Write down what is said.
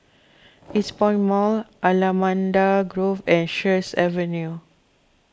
Eastpoint Mall Allamanda Grove and Sheares Avenue